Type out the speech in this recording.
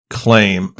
claim